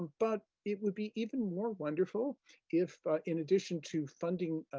but it would be even more wonderful if, ah in addition to funding